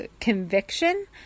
conviction